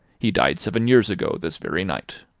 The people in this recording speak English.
he died seven years ago, this very night.